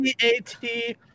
C-A-T